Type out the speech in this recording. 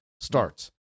starts